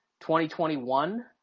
2021